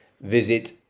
Visit